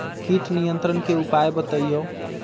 किट नियंत्रण के उपाय बतइयो?